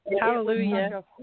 Hallelujah